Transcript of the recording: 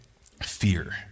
Fear